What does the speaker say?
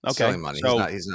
Okay